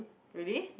really